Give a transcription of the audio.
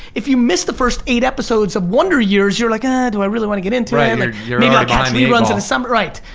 if you missed the first eight episodes of wonder years you're like, ah, do i really want to get into i mean it? maybe i'll catch re-runs in the summer, right,